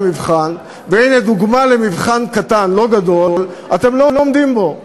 והנה דוגמה למבחן קטן, לא גדול, אתם לא עומדים בו.